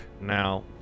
now